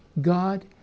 God